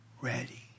ready